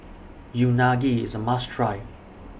Unagi IS A must Try